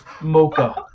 Mocha